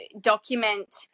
document